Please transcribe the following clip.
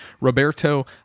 Roberto